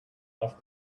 off